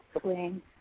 swing